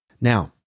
Now